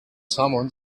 someone